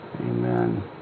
Amen